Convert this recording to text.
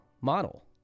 model